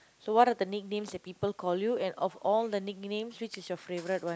so what are the nicknames that people call you and of all the nicknames which is your favourite one